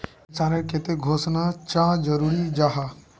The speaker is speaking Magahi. इंसान नेर केते पोषण चाँ जरूरी जाहा?